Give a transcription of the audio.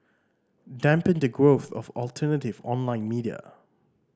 dampen the growth of alternative online media